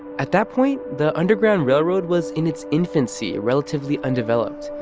at that point, the underground railroad was in its infancy, relatively undeveloped.